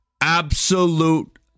Absolute